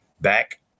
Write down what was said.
back